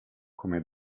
come